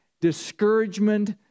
discouragement